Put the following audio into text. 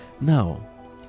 now